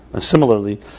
similarly